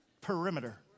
Perimeter